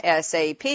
SAP